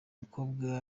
mukobwa